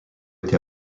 été